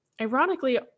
ironically